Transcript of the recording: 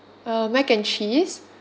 uh mac and cheese